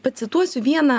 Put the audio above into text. pacituosiu vieną